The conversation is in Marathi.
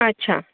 अच्छा